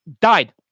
died